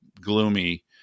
gloomy